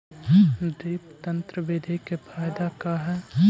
Drip तन्त्र बिधि के फायदा का है?